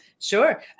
Sure